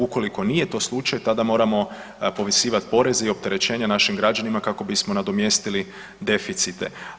Ukoliko nije to slučaj, tada moramo povisivat poreze i opterećenja našim građanima kako bismo nadomjestili deficite.